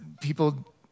people